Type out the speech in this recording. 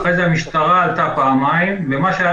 ואחרי זה המשטרה עלתה פעמיים ומה שהיה